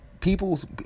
people's